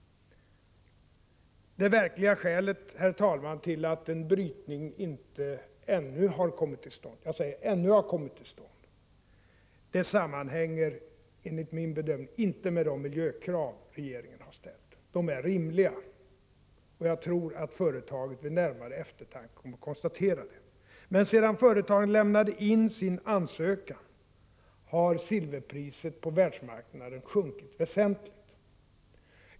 Det verkliga skälet till att en brytning ännu inte har kommit till stånd — jag säger ännu inte — sammanhänger enligt min bedömning inte med de miljökrav regeringen har ställt. De är rimliga, och jag tror att företaget vid närmare eftertanke kommer att upptäcka det. Men sedan företaget lämnade in sin ansökan har silverpriset på världsmarknaden sjunkit väsentligt.